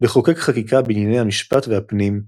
לחוקק חקיקה בענייני המשפט והפנים,